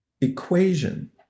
equation